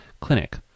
clinic